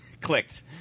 clicked